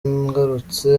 ngarutse